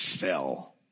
fell